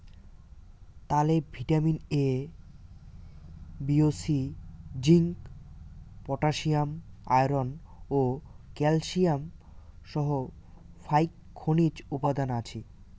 তালে vitamin A, B ও C, zinc, potassium, iron ও ক্যালসিয়াম সহ ফাইক খনিজ উপাদান আছি